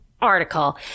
article